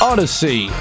Odyssey